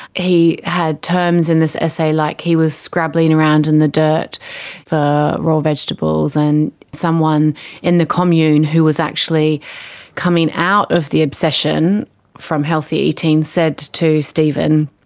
he had terms in this essay like he was scrabbling around in the dirt for raw vegetables and someone in the commune who was actually coming out of the obsession from healthy eating said to steven,